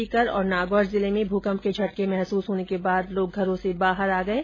सीकर और नागौर जिले में भूकंप के झटके महसूस होने से लोग घरों से बाहर आ गये